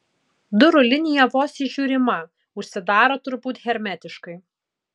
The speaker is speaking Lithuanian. durų linija vos įžiūrima užsidaro turbūt hermetiškai